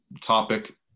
topic